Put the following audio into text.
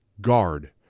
guard